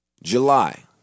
July